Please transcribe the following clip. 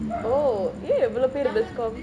oh ஏ இவளோ பேரு:yae ivalo peru bizcomm